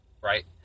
right